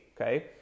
okay